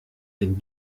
dem